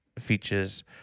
features